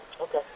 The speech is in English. Okay